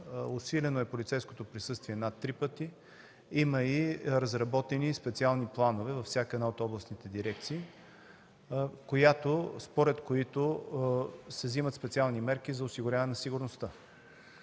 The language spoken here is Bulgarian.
Усилено е полицейското присъствие над три пъти, има и разработени специални планове във всяка от областните дирекции, според които се вземат специални мерки за сигурността.